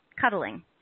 cuddling